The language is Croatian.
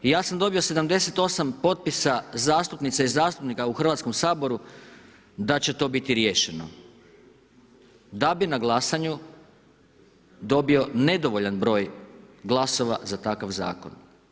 Ja sam dobio 78 potpisa zastupnica i zastupnika u Hrvatskom saboru da će to biti riješeno, da bi na glasanju dobio nedovoljan broj glasova za takav zakon.